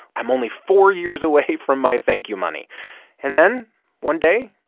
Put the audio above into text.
i'm only four years away from my thank-you money and then one day,